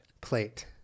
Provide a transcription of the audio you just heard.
plate